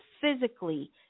physically